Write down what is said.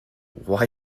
why